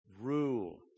rule